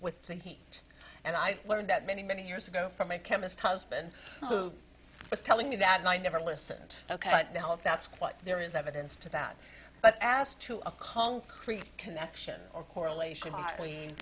with the heat and i learned that many many years ago from a chemist husband who was telling me that and i never listened ok but that's what there is evidence to that but asked to a call create connection or correlation between